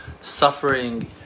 suffering